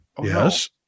Yes